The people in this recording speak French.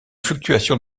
fluctuations